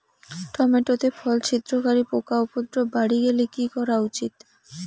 Tomato তে ফল ছিদ্রকারী পোকা উপদ্রব বাড়ি গেলে কি করা উচিৎ?